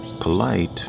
polite